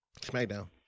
SmackDown